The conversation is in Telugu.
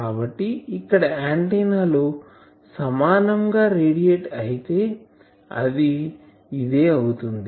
కాబట్టి ఇక్కడ ఆంటిన్నాలో సమానం గా రేడియేట్ అయితే అది ఇదే అవుతుంది